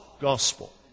gospel